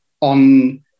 on